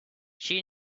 she